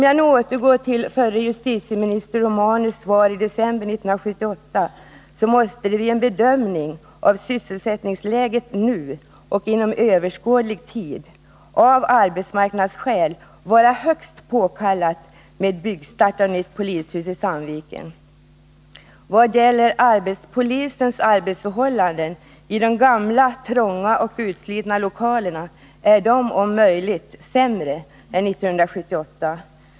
Jag återkommer till förre justitieministern Romanus svar i december 1978 och vill betona att en bedömning av sysselsättningsläget nu och inom överskådlig tid ger vid handen att det av arbetsmarknadsskäl är högst påkallat med byggstart av ett nytt polishus i Sandviken. Polisens arbetsförhållanden i de gamla, trånga och utslitna lokalerna är om möjligt sämre än 1978.